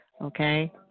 Okay